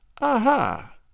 Aha